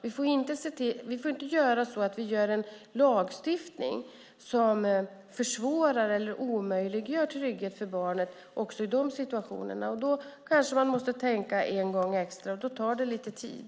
Vi får inte göra en lagstiftning som försvårar eller omöjliggör trygghet för barnet i dessa situationer. Då måste man kanske tänka en gång extra, och det tar lite tid.